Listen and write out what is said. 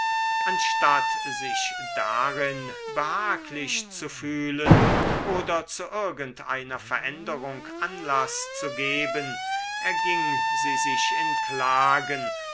anstatt sich darin behaglich zu fühlen oder zu irgend einer veränderung anlaß zu geben erging sie sich in klagen